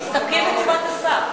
מסתפקים בתשובת השר.